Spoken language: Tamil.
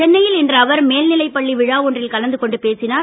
சென்னையில் இன்று அவர் மேல்நிலை பள்ளி விழா ஒன்றில் கலந்து கொண்டு பேசினார்